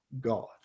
God